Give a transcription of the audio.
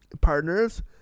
Partners